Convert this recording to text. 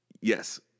Yes